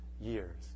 years